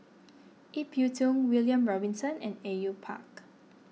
Ip Yiu Tung William Robinson and A U Yue Pak